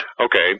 Okay